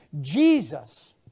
Jesus